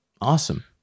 Awesome